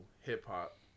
hip-hop